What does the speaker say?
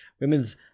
Women's